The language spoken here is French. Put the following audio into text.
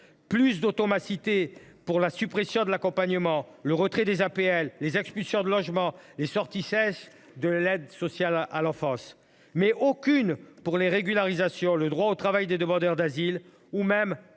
d’automaticité pour la suppression de l’accompagnement, le retrait des APL, les expulsions de logements, les sorties sèches de l’aide sociale à l’enfance, mais aucune pour les régularisations, le droit au travail des demandeurs d’asile, ou même